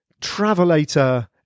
travelator